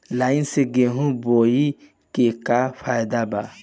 Line से गेहूं बोआई के का फायदा बा?